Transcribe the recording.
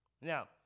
Now